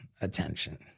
attention